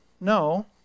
No